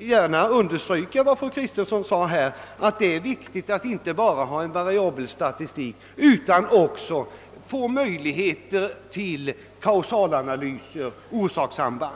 gärna understryka fru Kristenssons påpekande att det är viktigt att inte bara göra en variabelstatistik utan att man också får möjligheter att göra kausalanalyser.